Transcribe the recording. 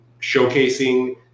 showcasing